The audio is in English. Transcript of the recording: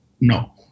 no